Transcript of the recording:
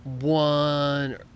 one